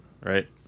right